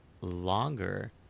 longer